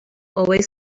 always